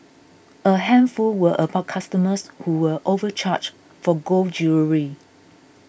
a handful were about customers who were overcharged for gold jewellery